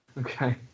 Okay